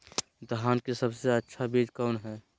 धान की सबसे अच्छा बीज कौन है?